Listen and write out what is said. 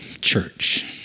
Church